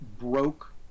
broke